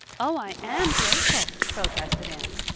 oh, i am grateful, protested anne.